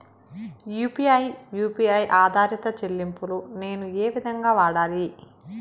UPI U P I ఆధారిత చెల్లింపులు నేను ఏ విధంగా వాడాలి?